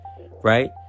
right